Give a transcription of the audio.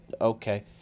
Okay